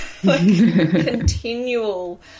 continual